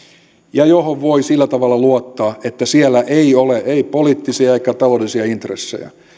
ja johon voi sillä tavalla luottaa että siellä ei ole poliittisia eikä taloudellisia intressejä